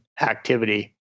activity